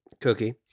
cookie